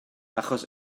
achos